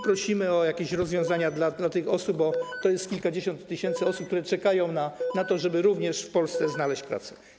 Prosimy o jakieś rozwiązania dla tych osób, bo to jest kilkadziesiąt tysięcy osób, które czekają na to, żeby w Polsce znaleźć pracę.